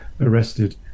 arrested